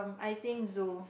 I think zoo